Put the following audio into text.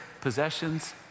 possessions